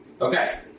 Okay